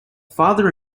father